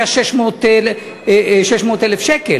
היה 600,000 שקל.